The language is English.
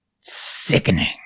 Sickening